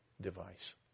device